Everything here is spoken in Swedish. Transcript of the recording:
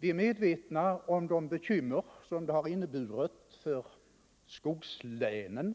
Vi är medvetna om de bekymmer som det har inneburit för skogslänen